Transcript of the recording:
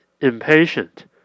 impatient